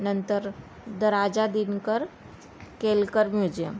नंतर the Raja Dinkar Kelkar museum